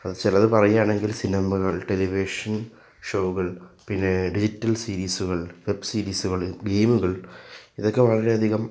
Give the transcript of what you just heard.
അത് ചിലത് പറയുകയാണെങ്കിൽ സിനിമകൾ ടെലിവിഷൻ ഷോകൾ പിന്നെ ഡിജിറ്റൽ സീരീസുകൾ വെബ്ബ് സീരീസുകൾ ഗെയിമുകൾ ഇതൊക്കെ വളരെയധികം